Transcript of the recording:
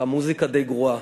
הייתה מוזיקה די גרועה.